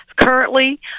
Currently